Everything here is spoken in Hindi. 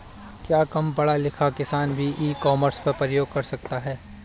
क्या कम पढ़ा लिखा किसान भी ई कॉमर्स का उपयोग कर सकता है?